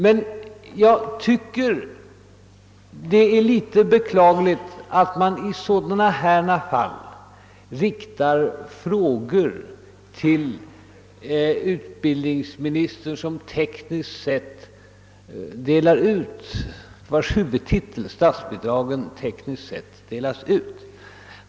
Men jag tycker det är litet beklagligt att man i sådana här fall riktar frågor till utbildningsministern, från vars huvudtitel statsbidragen tekniskt sett delas ut.